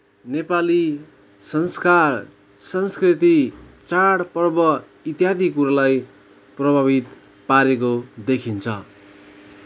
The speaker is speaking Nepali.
नेपाली संस्कार संस्कृति चाड पर्व इत्यादि कुरोलाई प्रभावित पारेको देखिन्छ